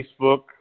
Facebook